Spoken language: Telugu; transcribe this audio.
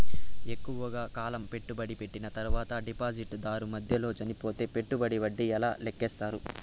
ఎక్కువగా కాలం పెట్టుబడి పెట్టిన తర్వాత డిపాజిట్లు దారు మధ్యలో చనిపోతే పెట్టుబడికి వడ్డీ ఎలా లెక్కిస్తారు?